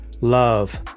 love